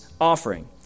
offering